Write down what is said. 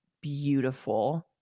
beautiful